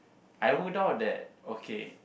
I worked out that okay